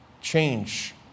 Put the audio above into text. change